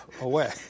away